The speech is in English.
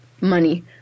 money